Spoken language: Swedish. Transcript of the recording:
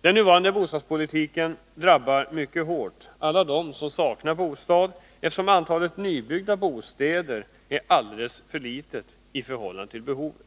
Den nuvarande bostadspolitiken drabbar mycket hårt alla dem som saknar bostad, eftersom antalet nybyggda bostäder är alldeles för litet i förhållande till behovet.